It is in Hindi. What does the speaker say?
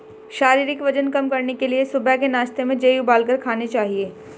शारीरिक वजन कम करने के लिए सुबह के नाश्ते में जेई उबालकर खाने चाहिए